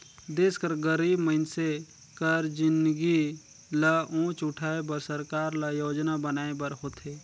देस कर गरीब मइनसे कर जिनगी ल ऊंच उठाए बर सरकार ल योजना बनाए बर होथे